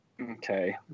Okay